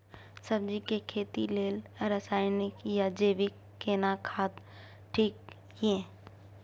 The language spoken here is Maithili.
सब्जी के खेती लेल रसायनिक या जैविक केना खाद ठीक ये?